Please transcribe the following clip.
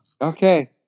Okay